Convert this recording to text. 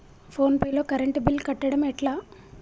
Phone pay లో current bill కట్టడం ఎట్లా?